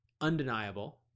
undeniable